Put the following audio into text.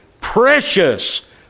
precious